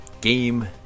Game